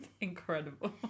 Incredible